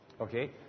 Okay